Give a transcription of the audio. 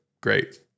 Great